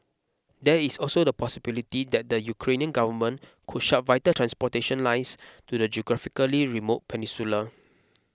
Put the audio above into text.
there is also the possibility that the Ukrainian government could shut vital transportation lines to the geographically remote peninsula